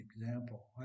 example